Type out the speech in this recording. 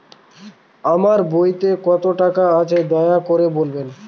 আমার বইতে কত টাকা আছে দয়া করে বলবেন?